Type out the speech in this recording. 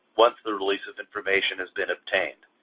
once the release of information has been obtained.